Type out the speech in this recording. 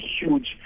huge